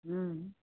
हुँ